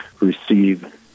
receive